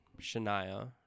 Shania